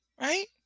Right